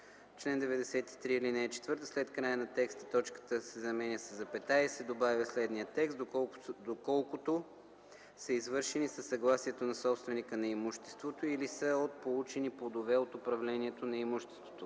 чл. 93, ал. 4 след края на текста точката се заменя със запетая и се добавя следният текст: „доколкото са извършени със съгласието на собственика на имуществото или са получени плодове от управлението на имуществото.